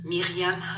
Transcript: Miriam